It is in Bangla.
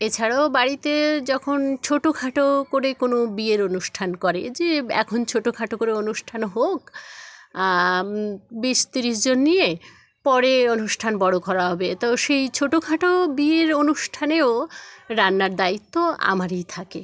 এছাড়াও বাড়িতে যখন ছোটো খাটো করে কোনো বিয়ের অনুষ্ঠান করে যে এখন ছোটো খাটো করে অনুষ্ঠান হোক বিশ তিরিশজন নিয়ে পরে অনুষ্ঠান বড়ো খরা হবে তো সেই ছোটো খাটো বিয়ের অনুষ্ঠানেও রান্নার দায়িত্ব আমারই থাকে